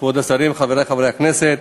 כבוד השרים, חברי חברי הכנסת,